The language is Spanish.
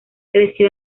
creció